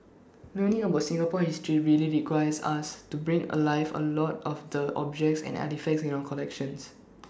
learning about Singapore history really requires us to bring alive A lot of the objects and artefacts in our collections